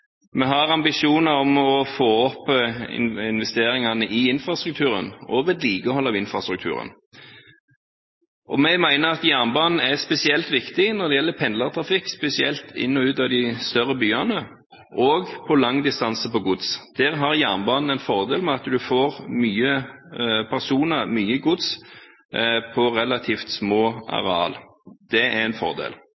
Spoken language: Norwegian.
Vi har ambisjoner om å få opp investeringene i infrastrukturen og i vedlikeholdet av infrastrukturen. Vi mener at jernbanen er spesielt viktig når det gjelder pendlertrafikk – spesielt inn og ut av de større byene – og langdistansetrafikk for gods. Her har jernbanen en fordel ved at en får mange personer og mye gods på relativt små